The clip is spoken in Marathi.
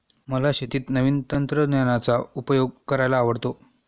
मला शेतीत नवीन तंत्रज्ञानाचा उपयोग करायला आवडतो